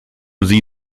sie